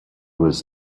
was